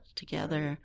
together